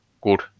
good